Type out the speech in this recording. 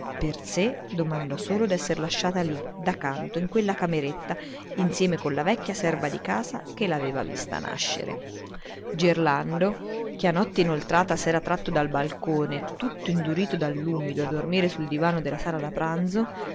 per sé domandò solo d'esser lasciata lì da canto in quella cameretta insieme con la vecchia serva di casa che l'aveva vista nascere gerlando che a notte inoltrata s'era tratto dal balcone tutto indurito dall'umido a dormire sul divano della sala da pranzo